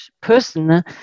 person